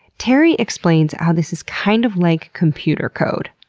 terry explains how this is kind of like computer code.